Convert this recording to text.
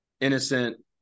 innocent